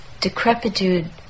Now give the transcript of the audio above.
decrepitude